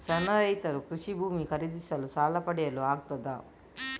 ಸಣ್ಣ ರೈತರು ಕೃಷಿ ಭೂಮಿ ಖರೀದಿಸಲು ಸಾಲ ಪಡೆಯಲು ಆಗ್ತದ?